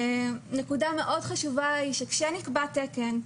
נקודה מאוד חשובה כשנקבע תקן,